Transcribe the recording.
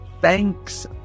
thanks